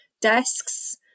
desks